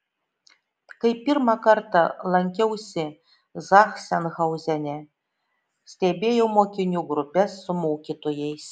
kai pirmą kartą lankiausi zachsenhauzene stebėjau mokinių grupes su mokytojais